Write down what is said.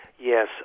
Yes